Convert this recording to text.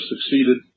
succeeded